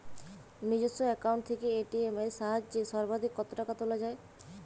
নিজস্ব অ্যাকাউন্ট থেকে এ.টি.এম এর সাহায্যে সর্বাধিক কতো টাকা তোলা যায়?